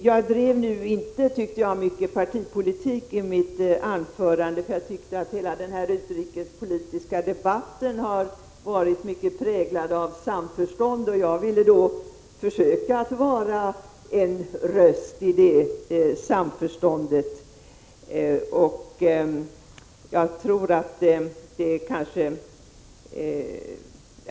Jag drev nu inte, anser jag, mycket partipolitik i mitt anförande, för jag tyckte att hela den här utrikespolitiska debatten i hög grad hade präglats av samförstånd, och jag ville försöka vara en röst som gav uttryck åt detta samförstånd.